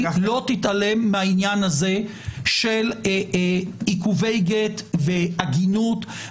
לא תתעלם מהעניין הזה של עיכובי גט ועגינות.